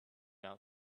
out